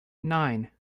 nine